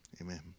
amen